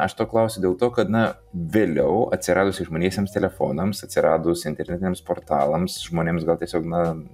aš to klausiu dėl to kad na vėliau atsiradus išmaniesiems telefonams atsiradus internetiniams portalams žmonėms gal tiesiog na